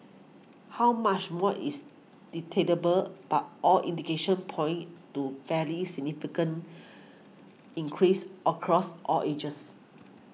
how much more is debatable but all indications point to fairly significant increases across all ages